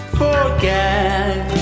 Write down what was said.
forget